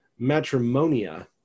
Matrimonia